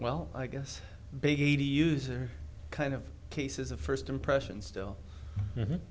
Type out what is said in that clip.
well i guess big eighty user kind of cases of first impression still